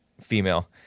female